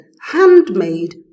handmade